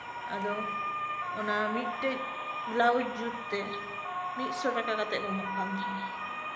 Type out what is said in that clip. ᱟᱫᱚ ᱚᱱᱟ ᱢᱤᱫᱴᱮᱱ ᱵᱞᱟᱣᱩᱡ ᱡᱩᱛᱛᱮ ᱢᱤᱫᱥᱚ ᱴᱟᱠᱟ ᱠᱟᱛᱮᱫ ᱠᱚ ᱮᱢᱚᱜ ᱠᱟᱱ ᱛᱟᱦᱮᱸᱱᱟ